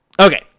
Okay